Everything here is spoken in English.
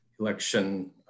election